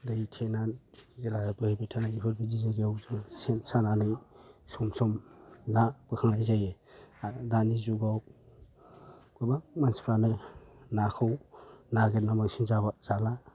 दै थेनानै जेला बोहैबाय थानाय बेफोर बादि जायगायाव जाें सेन सानानै सम सम ना बोखांनाय जायो आरो दानि जुगाव गोबां मानसिफ्रानो नाखौ नागिरना बांसिन जाबा जाला